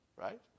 Right